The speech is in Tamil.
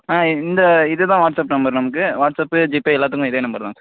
ஆ இந்த இதுதான் வாட்ஸ்அப் நம்பர் நமக்கு வாட்ஸ்அப்பு ஜிபே எல்லாத்துக்கும் இதே நம்பர் தான்